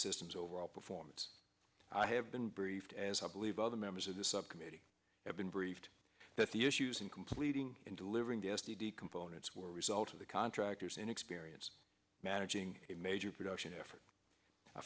systems overall performance i have been briefed as i believe other members of the subcommittee have been briefed that the issues in completing and delivering the s t d components were a result of the contractors and experience managing a major production effort i